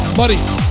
buddies